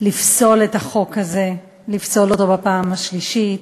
לפסול את החוק הזה, לפסול אותו בפעם השלישית.